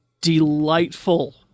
delightful